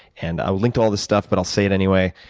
and i will link to all this stuff but i'll say it anyway.